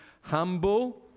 humble